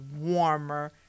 warmer